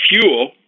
fuel